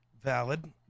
Valid